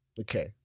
Okay